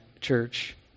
Church